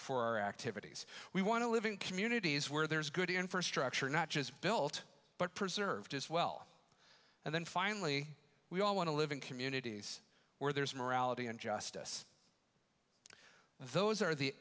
for our activities we want to live in communities where there is good infrastructure not just built but preserved as well and then finally we all want to live in communities where there's morality and justice those are the